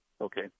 Okay